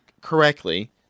correctly